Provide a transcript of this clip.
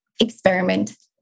experiment